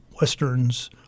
Westerns